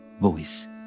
voice